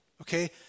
okay